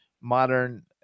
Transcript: modern